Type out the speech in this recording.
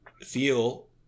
feel